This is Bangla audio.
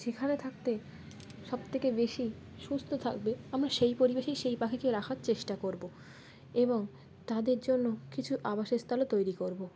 যেখানে থাকতে সবথেকে বেশি সুস্থ থাকবে আমরা সেই পরিবেশেই সেই পাখিকে রাখার চেষ্টা করবো এবং তাদের জন্য কিছু আবাসস্থল তৈরি করব